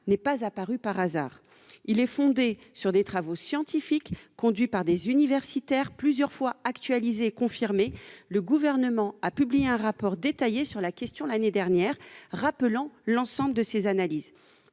n'est pas apparu par hasard : il est fondé sur des travaux scientifiques conduits par des universitaires et plusieurs fois actualisés et confirmés. Le Gouvernement a publié un rapport détaillé sur la question l'année dernière, rappelant l'ensemble de ces analyses.